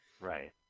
Right